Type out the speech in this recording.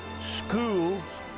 schools